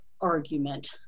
argument